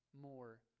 more